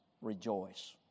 rejoice